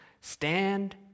stand